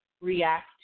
react